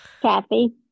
Kathy